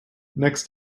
next